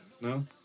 No